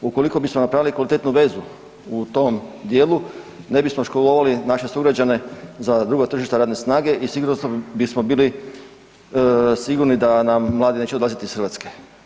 Ukoliko bismo napravili kvalitetnu vezu u tom dijelu ne bismo školovali naše sugrađane za drugo tržište radne snage i sigurno bismo bili sigurni da nam mladi neće odlaziti iz Hrvatske.